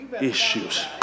issues